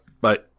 Bye